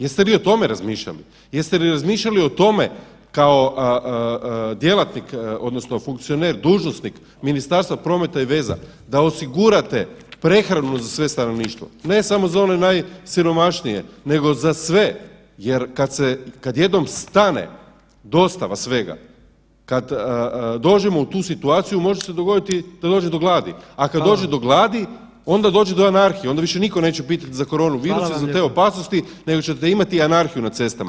Jeste li o tome razmišljali, jeste li razmišljali o tome kao djelatnik odnosno funkcioner, dužnosnik Ministarstva prometa i veza, da osigurate prehranu za sve stanovništvo, ne samo za one najsiromašnije, nego za sve, jer kad jednom stane dostava svega, kad dođemo u tu situaciju može se dogoditi da dođe do gladi, a kad dođe do gladi [[Upadica: Hvala vam.]] onda dođe do anarhije, onda više nitko neće pitati za koronu virus i za te opasnosti nego ćete imati anarhiju na cestama.